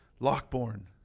Lockbourne